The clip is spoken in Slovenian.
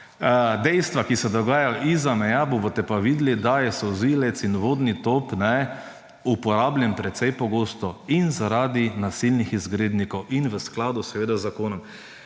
dejstva, ki se dogajajo izza meja, boste pa videli, da je solzivec in vodni top uporabljen precej pogosto in zaradi nasilnih izgrednikov in v skladu, seveda, z zakonom.